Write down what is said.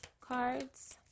cards